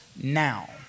now